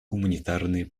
гуманитарные